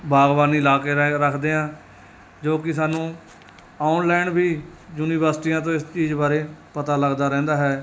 ਬਾਗਬਾਨੀ ਲਾ ਕੇ ਰੈ ਰੱਖਦੇ ਹਾਂ ਜੋ ਕਿ ਸਾਨੂੰ ਔਨਲਾਈਨ ਵੀ ਯੂਨੀਵਰਸਿਟੀਆਂ ਤੋਂ ਇਸ ਚੀਜ਼ ਬਾਰੇ ਪਤਾ ਲੱਗਦਾ ਰਹਿੰਦਾ ਹੈ